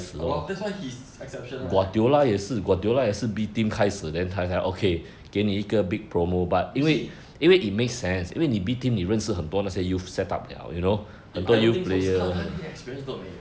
!hannor! that's why he's exceptional you see I don't think so 是他他一点 experience 都没有